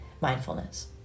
mindfulness